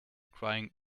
crying